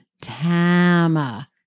Tama